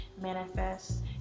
manifest